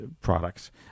products